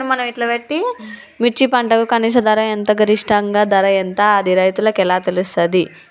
మిర్చి పంటకు కనీస ధర ఎంత గరిష్టంగా ధర ఎంత అది రైతులకు ఎలా తెలుస్తది?